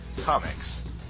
Comics